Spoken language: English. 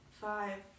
Five